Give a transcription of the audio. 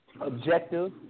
objective